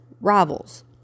rivals